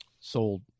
sold